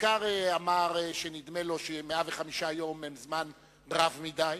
הוא אמר בעיקר שנדמה לו ש-105 יום הם זמן רב מדי,